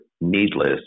needless